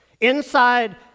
inside